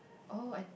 oh I